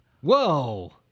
Whoa